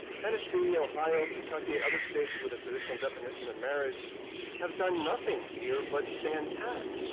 tennessee, ohio, kentucky, and other states with a traditional definition of marriage have done nothing here but stand pat.